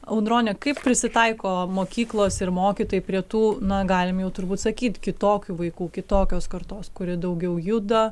audrone kaip prisitaiko mokyklos ir mokytojai prie tų na galim jau turbūt sakyt kitokių vaikų kitokios kartos kuri daugiau juda